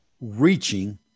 reaching